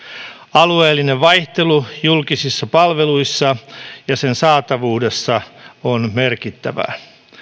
alueellinen vaihtelu julkisissa palveluissa ja sen saatavuudessa on merkittävää